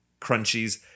crunchies